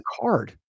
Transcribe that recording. card